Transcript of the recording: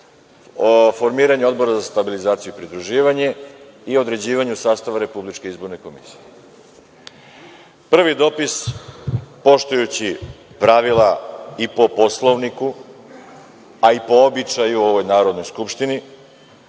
o formiranju Odbora za stabilizaciju i pridruživanje i određivanju sastava RIK.Prvi dopis, poštujući pravila i po Poslovniku, a i po običaju ove Narodne skupštine